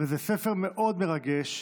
זה ספר מאוד מרגש,